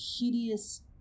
hideous